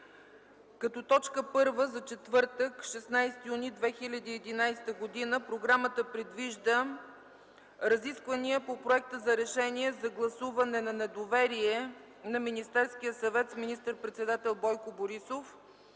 Като първа точка за четвъртък – 16 юни 2011 г., програмата предвижда: 9. Разисквания по проекта за Решение за гласуване на недоверие на Министерския съвет с министър-председател Бойко Борисов